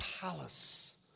palace